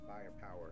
firepower